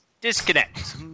Disconnect